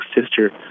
sister